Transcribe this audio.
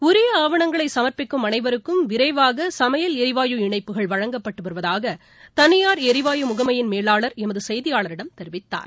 உரிய ஆவணங்களை சமர்ப்பிக்கும் அனைவருக்கும் விரைவாக சமையல் எரிவாயு இணைப்புகள் வழங்கப்பட்டு வருவதாக தனியார் எரிவாயு முகமையின் மேலாளர் எமது செய்தியாளரிடம் தெரிவித்தார்